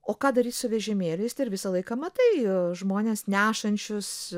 o ką daryt su vežimėliais tai ir visą laiką matai žmones nešančius